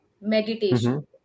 meditation